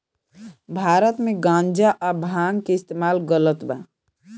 भारत मे गांजा आ भांग के इस्तमाल गलत बा